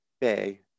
bay